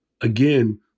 again